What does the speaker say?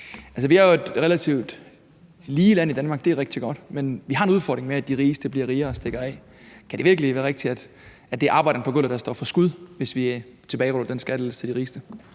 vi er jo et relativt lige land i Danmark, og det er rigtig godt, men vi har en udfordring med, at de rigeste bliver rigere og stikker af fra resten. Kan det virkelig være rigtigt, at det er arbejderen på gulvet, der står for skud, hvis vi tilbageruller den skattelettelse til de rigeste?